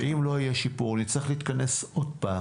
ואם לא יהיה שיפור, נצטרך להתכנס עוד פעם